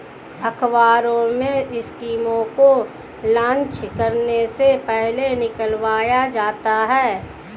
अखबारों में स्कीमों को लान्च करने से पहले निकलवाया जाता है